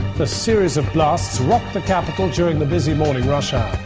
the series of blasts rocked the capital during the busy morning russia